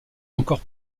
encore